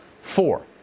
Four